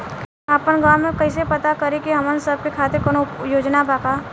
आपन गाँव म कइसे पता करि की हमन सब के खातिर कौनो योजना बा का?